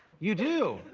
you do.